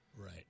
Right